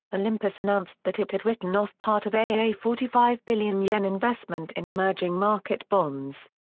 olympus announced that it had written off part of a forty five billion yuan investment in emerging market bonds.